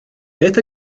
beth